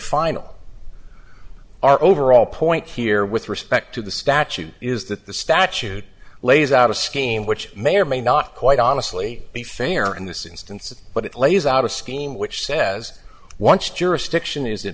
final our overall point here with respect to the statute is that the statute lays out a scheme which may or may not quite honestly be fair in this instance but it lays out a scheme which says once jurisdiction is